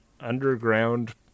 underground